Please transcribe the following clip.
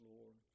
Lord